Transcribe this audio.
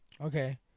Okay